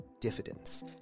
diffidence